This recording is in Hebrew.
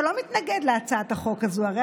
אתה לא מתנגד להצעת החוק הזאת.